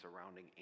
surrounding